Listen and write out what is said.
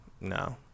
No